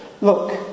look